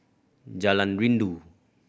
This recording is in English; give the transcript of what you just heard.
Jalan Rindu